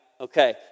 okay